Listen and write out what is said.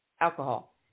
alcohol